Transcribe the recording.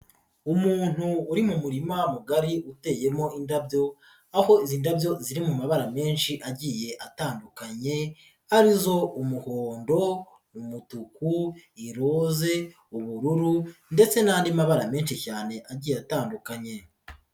Umuntu uri mu murima mugari uteyemo indabyo aho izi ndabyo ziri mu mabara menshi agiye atandukanye arizo umuhondo, umutuku, iroze, ubururu ndetse n'andi mabara menshi cyane agiye atandukanye.